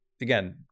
Again